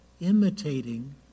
imitating